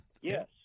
yes